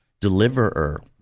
deliverer